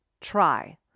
try